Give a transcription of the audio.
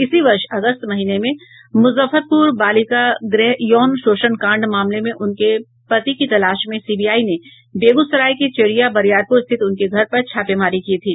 इसी वर्ष अगस्त महीने में मूजफ्फरपूर बालिका गृह यौन शोषण कांड मामले में उनके पति की तलाश में सीबीआई ने बेगूसराय के चेरिया बरियारपूर स्थित उनके घर पर छापेमारी की थी